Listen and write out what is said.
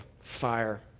fire